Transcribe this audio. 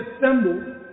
assembled